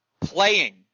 playing